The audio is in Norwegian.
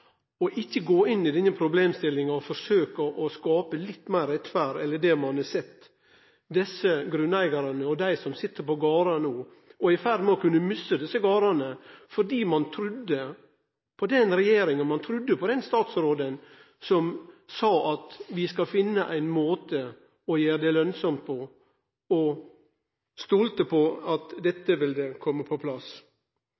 ikkje å gå inn i denne problemstillinga og forsøke å skape litt meir rettferd. Ein har sett at desse grunneigarane og dei som sit på gardar, er i ferd med å kunne miste dei, fordi dei trudde på den regjeringa og den statsråden som sa at ein skulle finne ein måte å gjere det lønnsamt på, og stolte på at dette ville kome på plass. Men dei leid urett. Det